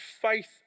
faith